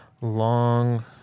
Long